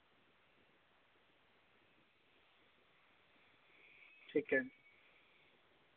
ठीक ऐ